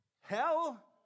hell